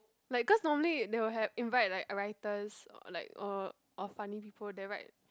like cause normally they will have invite like uh writers or like or or funny people that write